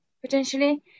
potentially